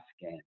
game